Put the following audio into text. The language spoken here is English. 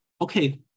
okay